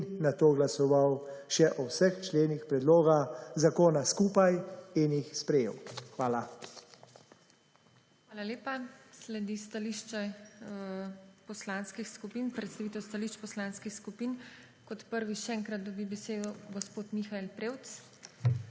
in nato glasoval še o vseh členih predloga zakona skupaj in jih sprejel. Hvala. PODPREDSEDNICA TINA HEFERLE: Hvala lepa. Sledi stališče poslanskih skupin, predstavitev stališč poslanskih skupin. Kot prvi še enkrat dobi besedo gospod Mihael Prevc,